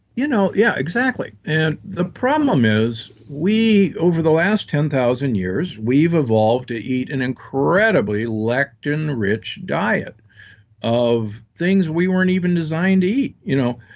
you know yeah exactly. and the problem is we over the last ten thousand years, we've evolved to eat an incredibly lectin rich diet of things we weren't even designed to eat. you know